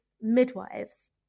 midwives